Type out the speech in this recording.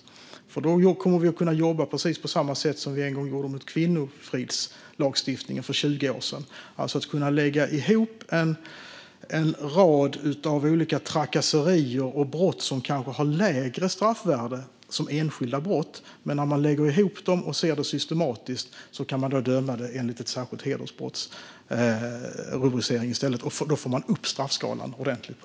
Det tror jag är viktigt, för då kommer vi att kunna jobba på precis samma sätt som vi en gång gjorde med kvinnofridslagstiftningen för 20 år sedan, alltså att kunna lägga ihop en rad av olika trakasserier och brott som har lägre straffvärde som enskilda brott. När man lägger ihop dem och ser det systematiskt kan man i stället döma enligt en särskild hedersbrottsrubricering, och då får man upp straffskalan ordentligt.